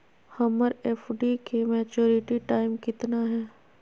हमर एफ.डी के maturity time कितना है?